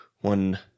one